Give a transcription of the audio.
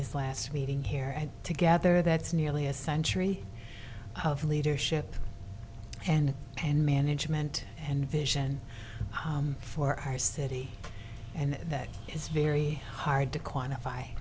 his last meeting here and together that's nearly a century of leadership and and management and vision for our city and that is very hard to quantify